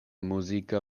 muzika